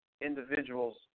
individuals